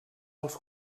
els